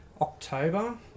October